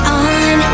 on